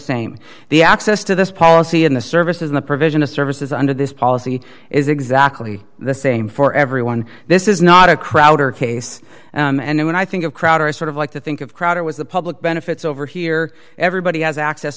same the access to this policy in the services in the provision of services under this policy is exactly the same for everyone this is not a crowder case and when i think of crowd are sort of like to think of crowd it was the public benefits over here everybody has access